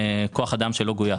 כוח אדם שלא גויס.